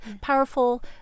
powerful